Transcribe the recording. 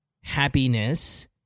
happiness